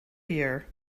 year